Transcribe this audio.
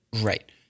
Right